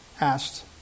asked